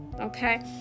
okay